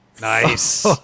Nice